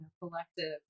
collective